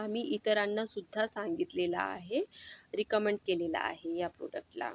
आम्ही इतरांनासुद्धा सांगितलेलं आहे रिकमंड केलेलं आहे या प्रोडक्टला